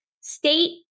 state